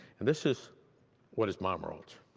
and this is what his mom wrote.